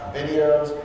videos